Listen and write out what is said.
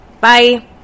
Bye